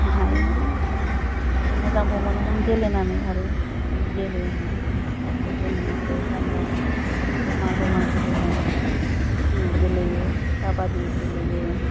हायोमोन मोजांबो मोनोमोन गेलेनानै आरो जों गेलेयोमोन ओमफ्राय आरो जोङो आरो गामियाव जमा जमा गेलेयोमोन जिथु गेलेयो काबादि गेलेयो